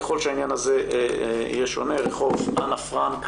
למשל ישונה רחוב אנה פרנק